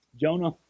Jonah